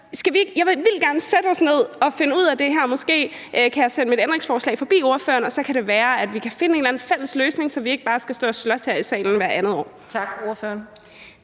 ned og finder ud af det her. Måske kan jeg sende mit ændringsforslag forbi ordføreren, og så kan det være, at vi kan finde en eller anden fælles løsning, så vi ikke bare skal stå og slås her i salen hvert andet år. Kl.